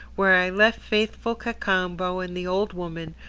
where i left faithful cacambo and the old woman,